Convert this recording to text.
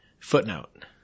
Footnote